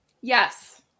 Yes